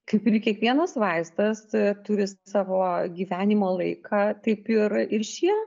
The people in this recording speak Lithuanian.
kaip ir kiekvienas vaistas turi savo gyvenimo laiką taip ir ir šie